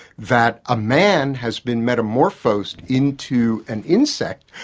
that a man has been metamorphosed into an insect,